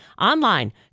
online